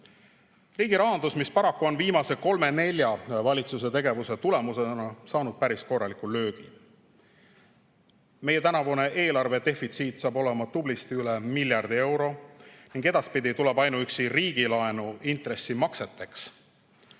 riigi rahandus, mis paraku on viimase kolme-nelja valitsuse tegevuse tõttu saanud päris korraliku löögi. Meie tänavune eelarvedefitsiit on tublisti üle miljardi euro ning edaspidi tuleb ainuüksi riigilaenu intressimakseteks